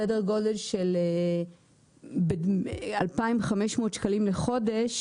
סדר גודל של 2,500 שקלים לחודש,